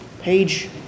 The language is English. Page